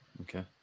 Okay